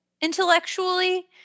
intellectually